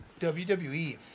WWE